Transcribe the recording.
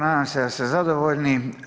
Nadam se da ste zadovoljni.